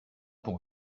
pour